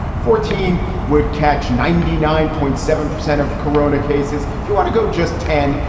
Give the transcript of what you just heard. fourteen would catch ninety nine point seven percent of corona cases. if you want to go just ten,